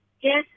Yes